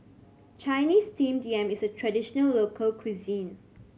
Chinese Steamed Yam is a traditional local cuisine